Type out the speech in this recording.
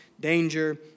danger